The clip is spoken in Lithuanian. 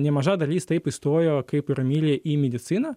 nemaža dalis taip įstojo kaip ir emilija į mediciną